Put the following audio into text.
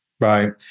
right